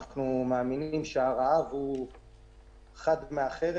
אנחנו מאמינים שהרעב הוא חד מהחרב,